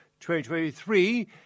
2023